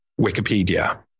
Wikipedia